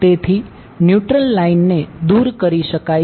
તેથી ન્યુટ્રલ લાઈનને દૂર કરી શકાય છે